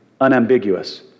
unambiguous